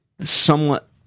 somewhat